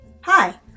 Hi